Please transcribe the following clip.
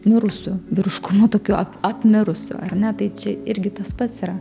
mirusiu vyriškumu tokiu ap apmirusiu ar ne tai čia irgi tas pats yra